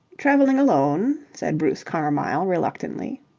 travelling alone, said bruce carmyle, reluctantly.